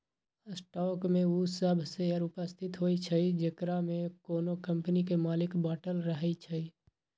stock में उ सभ शेयर उपस्थित होइ छइ जेकरामे कोनो कम्पनी के मालिक बाटल रहै छइ